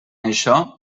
això